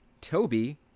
Toby